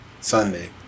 Sunday